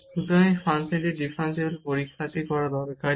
সুতরাং এটি ফাংশনের ডিফারেনশিবিলিটি পরীক্ষা করতে দরকারী